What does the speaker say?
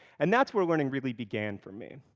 and that's when learning really began for me.